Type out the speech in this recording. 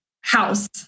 house